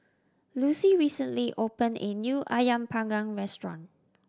Lucie recently opened a new Ayam Panggang restaurant